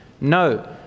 No